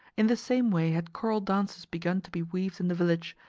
in the same way had choral dances begun to be weaved in the village,